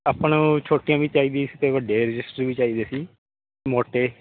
ਆਪਾਂ ਨੂੰ ਛੋਟੀਆਂ ਵੀ ਚਾਹੀਦੀਆਂ ਸੀ ਅਤੇ ਵੱਡੇ ਰਜਿਸਟਰ ਵੀ ਚਾਹੀਦੇ ਸੀ ਮੋਟੇ